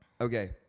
Okay